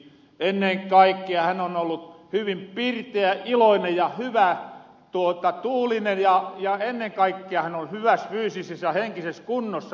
ennen kaikkea hän on ollut hyvin pirteä iloinen ja hyväntuulinen ja ennen kaikkea hän on hyväs fyysises ja henkises kunnossa